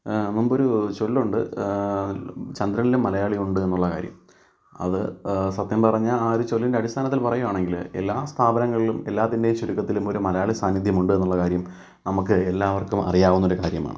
മുമ്പൊരു ചൊല്ലുണ്ട് ചന്ദ്രനിലും മലയാളി ഉണ്ട് എന്നുള്ള കാര്യം അത് സത്യം പറഞ്ഞാൽ ആ ഒരു ചൊല്ലിൻ്റെ അടിസ്ഥാനത്തിൽ പറയുകയാണെങ്കിൽ എല്ലാ സ്ഥാപനങ്ങളിലും എല്ലാത്തിൻ്റെയും ചുരുക്കത്തിലും ഒരു മലയാളീ സാന്നിധ്യം ഉണ്ട് എന്നുള്ള കാര്യം നമുക്ക് എല്ലാവർക്കും അറിയാവുന്ന ഒരു കാര്യമാണ്